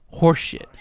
horseshit